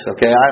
Okay